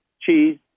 cheese